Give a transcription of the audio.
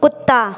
कुत्ता